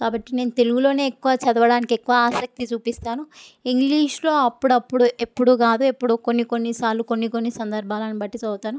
కాబట్టి నేను తెలుగులోనే ఎక్కువ చదవడానికి ఎక్కువ ఆసక్తి చూపిస్తాను ఇంగ్లీషులో అప్పుడప్పుడు ఎప్పుడూ కాదు ఎప్పుడో కొన్ని కొన్ని సార్లు కొన్ని కొన్ని సందర్భాలను బట్టి చదువుతాను